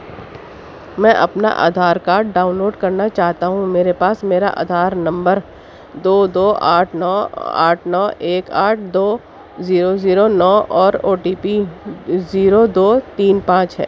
میں اپنا Aadhaar card download کرنا چاہتا ہوں میرے پاس میرا آدھار نمبر دو دو آٹھ نو آٹھ نو ایک آٹھ دو زیرو زیرو نو اور او ٹی پی زیرو دو تین پانچ ہے